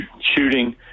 shooting